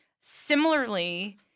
similarly